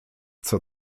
zur